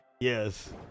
Yes